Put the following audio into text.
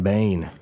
Bane